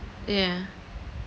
yeah